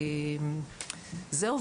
זהו,